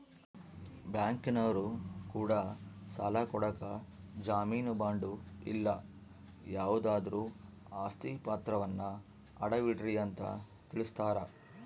ಬ್ಯಾಂಕಿನರೊ ಕೂಡ ಸಾಲ ಕೊಡಕ ಜಾಮೀನು ಬಾಂಡು ಇಲ್ಲ ಯಾವುದಾದ್ರು ಆಸ್ತಿ ಪಾತ್ರವನ್ನ ಅಡವಿಡ್ರಿ ಅಂತ ತಿಳಿಸ್ತಾರ